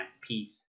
Peace